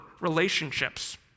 relationships